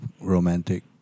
romantic